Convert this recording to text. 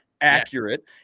accurate